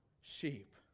sheep